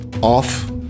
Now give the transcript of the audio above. off